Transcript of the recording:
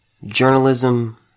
journalism